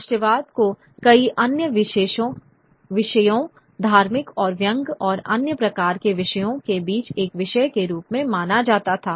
राष्ट्रवाद को कई अन्य विषयों धार्मिक और व्यंग्य और अन्य प्रकार के विषयों के बीच एक विषय के रूप में माना जाता था